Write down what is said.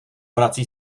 vrací